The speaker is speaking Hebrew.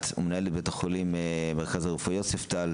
ומנהלת בית החולים המרכז הרפואי יוספטל,